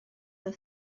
the